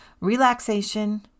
Relaxation